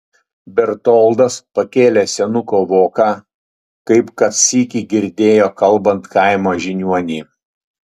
bertoldas pakėlė senuko voką kaip kad sykį girdėjo kalbant kaimo žiniuonį